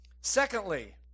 Secondly